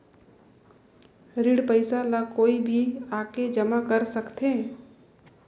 ऋण पईसा ला कोई भी आके जमा कर सकथे?